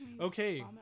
Okay